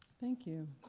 thank you.